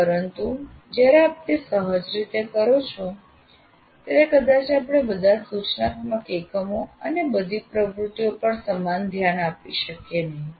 પરંતુ જ્યારે આપ તે સહજ રીતે કરો છો ત્યારે કદાચ આપણે બધા સૂચનાત્મક એકમો અને બધી પ્રવૃત્તિઓ પર સમાન ધ્યાન આપી શકીએ નહીં